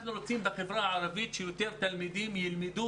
אנחנו רוצים שיותר תלמידים בחברה הערבית ילמדו